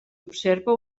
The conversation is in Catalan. observa